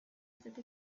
cette